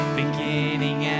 beginning